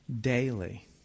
daily